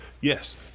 yes